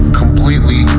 completely